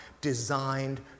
designed